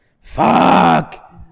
fuck